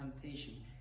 temptation